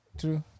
true